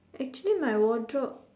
actually my wardrobe